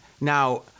now